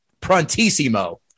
prontissimo